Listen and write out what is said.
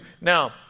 Now